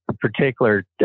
particular